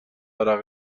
عرق